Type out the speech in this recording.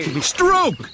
Stroke